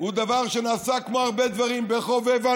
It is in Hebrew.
הוא דבר שנעשה כמו הרבה דברים בחובבנות,